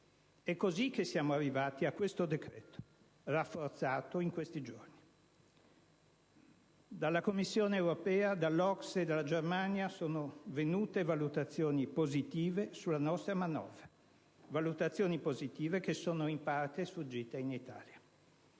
È così che siamo arrivati a questo decreto, rafforzato in questi giorni. Dalla Commissione europea, dall'OCSE, dalla Germania sono venute valutazioni positive sulla nostra manovra: valutazioni positive che sono in parte sfuggite in Italia.